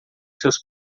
seus